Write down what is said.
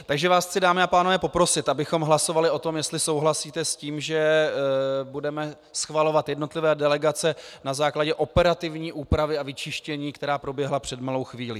Takže vás chci, dámy a pánové, poprosit, abychom hlasovali o tom, jestli souhlasíte s tím, že budeme schvalovat jednotlivé delegace na základě operativní úpravy a vyčištění, která proběhla před malou chvílí.